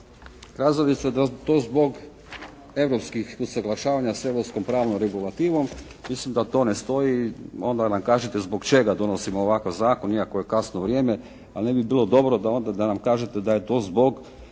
razumije./ … zbog europskih usuglašavanja s europskom pravnom regulativom. Mislim da to ne stoji i onda nam kažete zbog čega donosimo ovakav zakon iako je kasno vrijeme, ali ne bi bilo dobro da nam kažete da je to zbog